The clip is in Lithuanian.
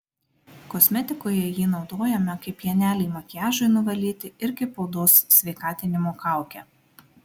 kosmetikoje jį naudojame kaip pienelį makiažui nuvalyti ir kaip odos sveikatinimo kaukę